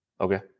okay